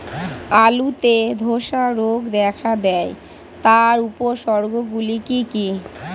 আলুতে ধ্বসা রোগ দেখা দেয় তার উপসর্গগুলি কি কি?